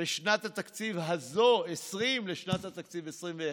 בשנת התקציב הזאת, 2020, לשנת התקציב 2021,